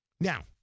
Now